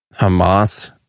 Hamas